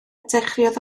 dechreuodd